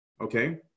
okay